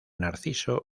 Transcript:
narciso